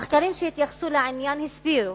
מחקרים שהתייחסו לעניין הסבירו